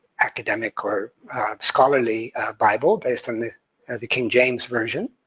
academic or scholarly bible based on the the king james version,